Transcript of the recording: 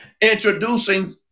introducing